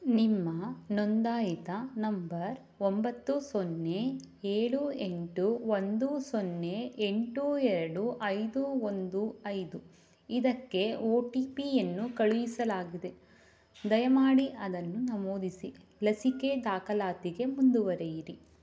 ನಿಮ್ಮ ನೊಂದಾಯಿತ ನಂಬರ್ ಒಂಬತ್ತು ಸೊನ್ನೆ ಏಳು ಎಂಟು ಒಂದು ಸೊನ್ನೆ ಎಂಟು ಎರಡು ಐದು ಒಂದು ಐದು ಇದಕ್ಕೆ ಓ ಟಿ ಪಿಯನ್ನು ಕಳುಹಿಸಲಾಗಿದೆ ದಯಮಾಡಿ ಅದನ್ನು ನಮೂದಿಸಿ ಲಸಿಕೆ ದಾಖಲಾತಿಗೆ ಮುಂದುವರಿಯಿರಿ